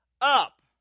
up